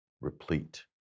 replete